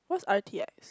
what's r_t_x